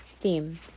Theme